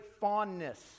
fondness